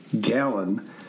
gallon